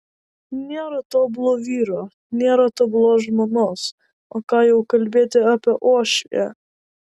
nėra tobulo vyro nėra tobulos žmonos o ką jau kalbėti apie uošvę